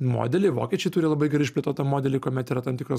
modelį vokiečiai turi labai gerai išplėtotą modelį kuomet yra tam tikras